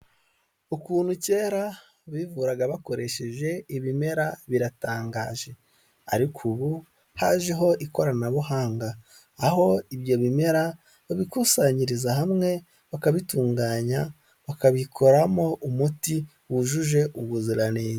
Ukuntu kera bivuraga bakoresheje ibimera biratangaje. Ariko ubu, hajeho ikoranabuhanga. Aho ibyo bimera babikusanyiriza hamwe, bakabitunganya, bakabikoramo umuti wujuje ubuziranenge.